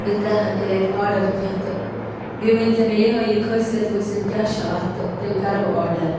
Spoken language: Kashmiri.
بہٕ تہِ کَرٕہا تیٚلہِ اَتہِ آرڈر کیٚنٛہہ تہٕ بیٚیہِ ؤنۍ زیو مےٚ یِہٲے یہِ خٲصیت ٲسِتھ کیٛاہ چھِ اَتھ تہٕ تیٚلہِ کَرٕ بہٕ آرڈر